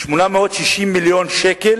680 מיליון שקל